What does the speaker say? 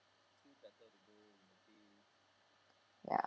ya